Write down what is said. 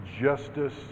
justice